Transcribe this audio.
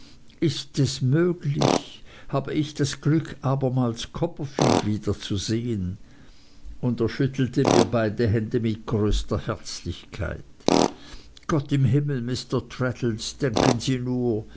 ist es möglich habe ich das glück abermals copperfield wiederzusehen und er schüttelte mir beide hände mit größter herzlichkeit gott im himmel mr traddles denken sie nur